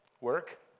Work